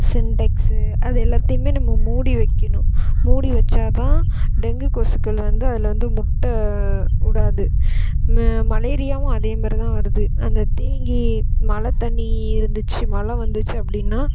சின்டெக்ஸ்ஸு அது எல்லாத்தையும் நம்ம மூடி வைக்கணும் மூடி வச்சா தான் டெங்கு கொசுக்கள் வந்து அதில் வந்து முட்டை விடாது ம மலேரியாவும் அதே மாரி தான் வருது அந்த தேங்கி மழை தண்ணி இருந்துச்சு மழை வந்துச்சு அப்படின்னா